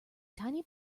tiny